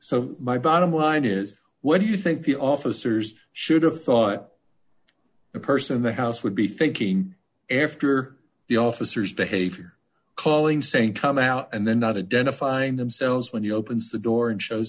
so my bottom line is what do you think the officers should have thought the person in the house would be thinking after the officers behavior calling saying come out and then not a den a find themselves when he opens the door and shows